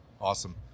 Awesome